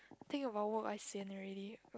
think about work I sian already